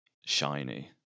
shiny